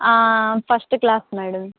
first class madam